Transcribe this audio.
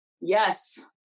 yes